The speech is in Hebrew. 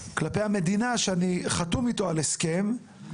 כלפי המדינה שאני חתום איתה על הסכם,